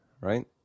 right